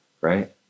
right